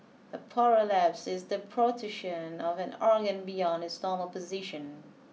a prolapse is the protrusion of an organ beyond its normal position